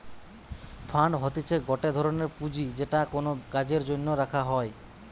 fund হতিছে গটে ধরনের পুঁজি যেটা কোনো কাজের জন্য রাখা হই